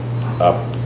up